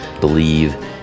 believe